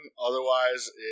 Otherwise